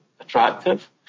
attractive